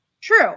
True